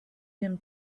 him